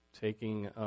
taking